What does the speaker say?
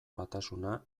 batasuna